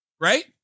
right